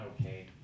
okay